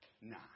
Nah